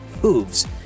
Hooves